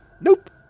Nope